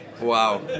Wow